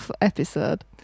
episode